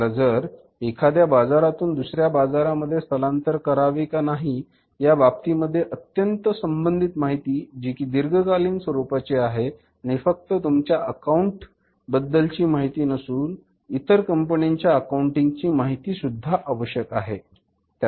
तुम्हाला जर एखाद्या बाजारातून दुसऱ्या बाजारामध्ये स्थलांतर करावे का नाही या बाबतीमध्ये अत्यंत संबंधित माहिती जी की दीर्घकालीन स्वरूपाची आहे आणि फक्त तुमच्या अकाऊंट बद्दलची माहिती नसून इतर कंपन्यांच्या अकाऊंटची ची माहिती सुद्धा आवश्यक आहे